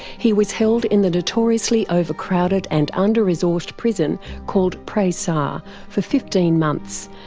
he was held in the notoriously overcrowded and under-resourced prison called prey sar for fifteen months,